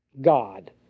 God